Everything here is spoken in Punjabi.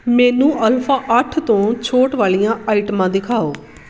ਮੈਨੂੰ ਅਲਫਾ ਅੱਠ ਤੋਂ ਛੋਟ ਵਾਲੀਆਂ ਆਈਟਮਾਂ ਦਿਖਾਓ